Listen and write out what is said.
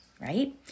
right